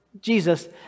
Jesus